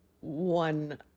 one